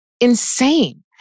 insane